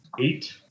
Eight